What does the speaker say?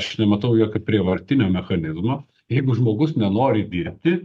aš nematau jokio prievartinio mechanizmo jeigu žmogus nenori dirbti